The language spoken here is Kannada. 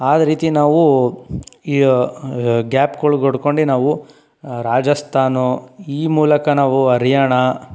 ಆ ರೀತಿ ನಾವು ಈ ಗ್ಯಾಪ್ಗಳು ಕೊಟ್ಕೊಂಡೆ ನಾವು ರಾಜಸ್ಥಾನ್ ಈ ಮೂಲಕ ನಾವು ಹರಿಯಾಣ